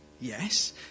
Yes